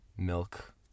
milk